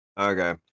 Okay